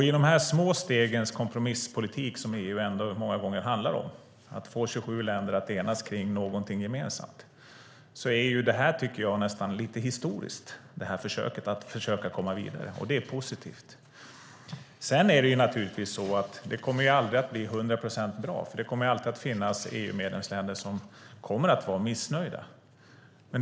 I de små stegens kompromisspolitik som EU många gånger handlar om, att få 27 länder att enas om något gemensamt, är försöket att komma vidare lite historiskt. Det är positivt. Det kommer aldrig att bli 100 procent bra eftersom det alltid kommer att finnas EU-medlemsländer som kommer att vara missnöjda.